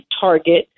target